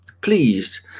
pleased